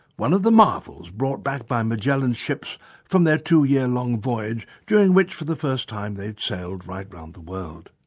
one of the marvels brought back by magellan's ships from their two-year long voyage during which for the first time they'd sailed right around the world.